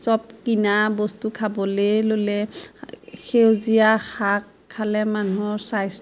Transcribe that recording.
সব কিনা বস্তু খাবলৈ ল'লে সেউজীয়া শাক খালে মানুহৰ স্বাস্থ্য